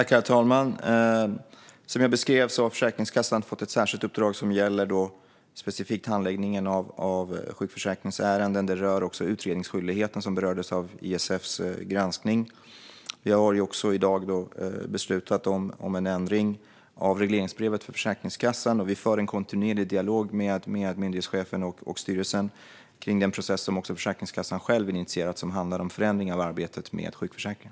Herr talman! Som jag beskrev har Försäkringskassan fått ett särskilt uppdrag som specifikt gäller handläggningen av sjukförsäkringsärenden. Det rör också utredningsskyldigheten, som berördes av ISF:s granskning. Vi har i dag beslutat om en ändring av regleringsbrevet för Försäkringskassan, och vi för en kontinuerlig dialog med myndighetschefen och styrelsen kring den process som Försäkringskassan själv initierat som handlar om förändring av arbetet med sjukförsäkringen.